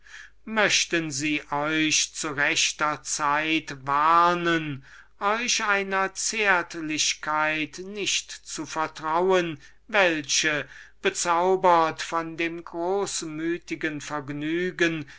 möchten sie euch zu rechter zeit warnen euch einer zärtlichkeit nicht zu vertrauen welche bezaubert von dem großmütigen vergnügen